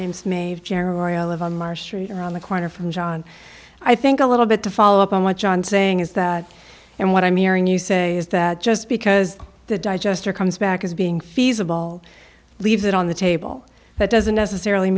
jeremiah live on march street around the corner from john i think a little bit to follow up on what john saying is that and what i'm hearing you say is that just because the digester comes back as being feasible leaves it on the table that doesn't necessarily